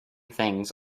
things